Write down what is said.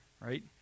right